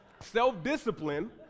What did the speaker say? Self-discipline